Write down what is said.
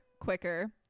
quicker